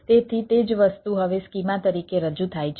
તેથી તે જ વસ્તુ હવે સ્કીમા તરીકે રજૂ થાય છે